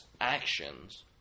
actions